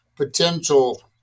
potential